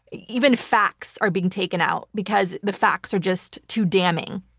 even facts are being taken out because the facts are just too damning.